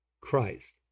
Christ